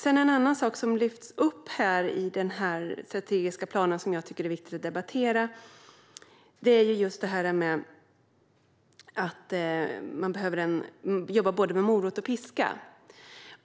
En annan sak som lyfts upp i den strategiska planen och som jag tycker är viktigt att debattera är att man behöver jobba med både morot och piska.